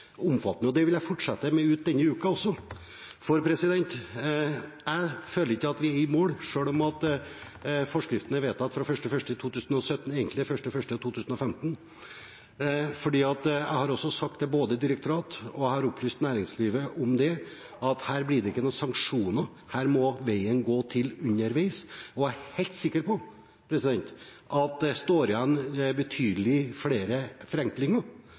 Det vil jeg fortsette med ut denne uken også, for jeg føler ikke at vi er i mål, selv om forskriften er vedtatt fra 1. januar 2017 – egentlig 1. januar 2015. Jeg har sagt til direktoratet, og jeg har opplyst næringslivet om det, at her blir det ikke noen sanksjoner. Her må veien bli til underveis, og jeg er helt sikker på at det står igjen betydelig flere forenklinger